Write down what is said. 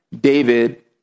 David